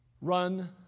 run